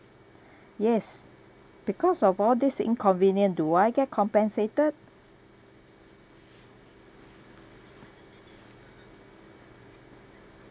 yes because of all this inconvenience do I get compensated